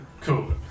Cool